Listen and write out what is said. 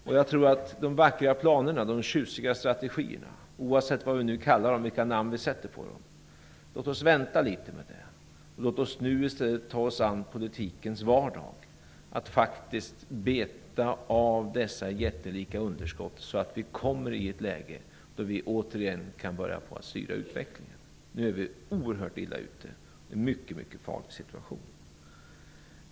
Låt oss vänta med de vackra planerna, de tjusiga strategierna - oavsett vilka namn vi sätter på dem - och nu i stället ta oss an politikens vardagsarbete. Vi skall faktiskt beta av de jättelika underskotten så att vi återigen kommer i ett läge där vi kan börja styra utvecklingen. Nu är vi oerhört illa ute och har en mycket farlig situation.